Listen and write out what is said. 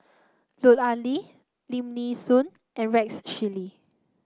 Lut Ali Lim Nee Soon and Rex Shelley